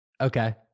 Okay